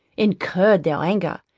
incurred their anger,